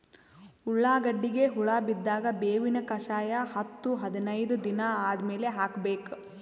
ಉಳ್ಳಾಗಡ್ಡಿಗೆ ಹುಳ ಬಿದ್ದಾಗ ಬೇವಿನ ಕಷಾಯ ಹತ್ತು ಹದಿನೈದ ದಿನ ಆದಮೇಲೆ ಹಾಕಬೇಕ?